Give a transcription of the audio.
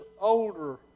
older